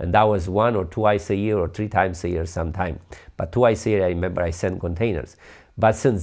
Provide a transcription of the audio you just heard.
and that was once or twice a year or three times a year sometimes but twice a member i sent containers but since